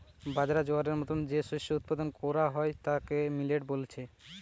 বাজরা, জোয়ারের মতো যে শস্য উৎপাদন কোরা হয় তাকে মিলেট বলছে